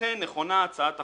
ולכן נכונה הצעת החוק,